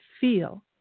feel